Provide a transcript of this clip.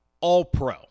all-pro